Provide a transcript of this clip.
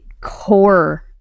core